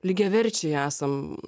lygiaverčiai esam